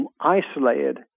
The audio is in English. isolated